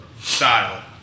style